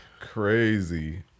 Crazy